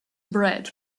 bred